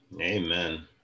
Amen